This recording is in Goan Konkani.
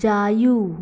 जायू